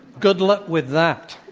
good luck with that.